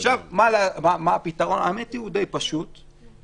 הפתרון פשוט למדי.